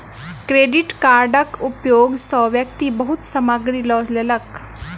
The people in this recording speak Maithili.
क्रेडिट कार्डक उपयोग सॅ व्यक्ति बहुत सामग्री लअ लेलक